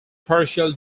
partial